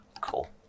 cool